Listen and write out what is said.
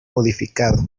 modificado